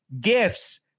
gifts